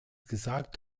gesagt